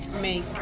make